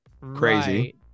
Crazy